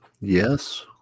Yes